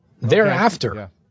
Thereafter